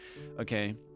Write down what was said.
okay